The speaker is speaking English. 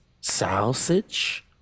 sausage